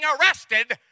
arrested